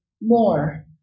more